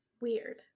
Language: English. weird